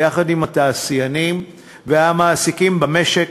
ביחד עם התעשיינים והמעסיקים במשק